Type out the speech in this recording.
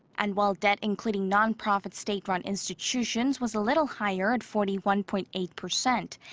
and while debt including non-profit state-run institutions was a little higher at forty one point eight percent,